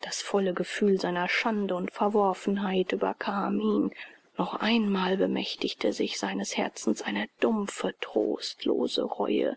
das volle gefühl seiner schande und verworfenheit überkam ihn noch einmal bemächtigte sich seines herzens eine dumpfe trostlose reue